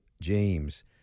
James